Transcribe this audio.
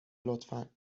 لطفا